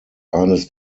eines